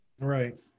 Right